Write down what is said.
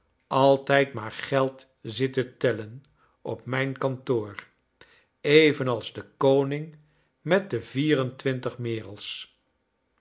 altijd maar geld zit te tellen op rnijn kantoor evenals de koning met de vierentwintig merels